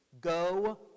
go